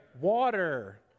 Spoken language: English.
Water